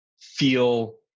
feel